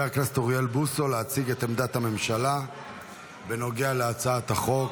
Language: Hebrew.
חבר הכנסת אוריאל בוסו להציג את עמדת הממשלה בנוגע להצעת החוק.